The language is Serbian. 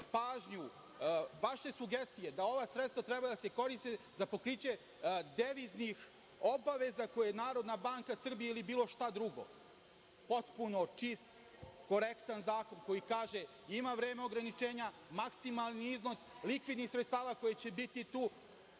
pažnju. Vaše sugestije da ova sredstva treba da se koriste za pokriće deviznih obaveza koje je Narodna banka Srbije ili bilo šta drugo. Potpuno čist, korektan zakon koji kaže – ima vreme ograničenja, maksimalni iznos likvidnih sredstava koja će biti tu,